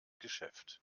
geschäft